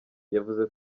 yavuze